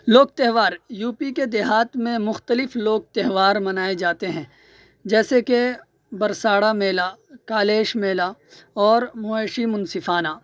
لوک تہوار U P کے دیہات میں مختلف لوک تہوار منائے جاتے ہیں جیسے کہ برسانا میلہ کالیش میلہ اور موئشی منصفانہ